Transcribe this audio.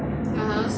(uh huh)